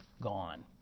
gone